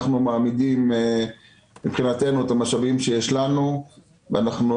אנחנו מעמידים מבחינתנו את המשאבים שיש לנו ואנחנו